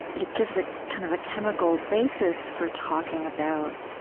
it gives a kind of a chemical basis for talking about